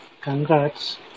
Congrats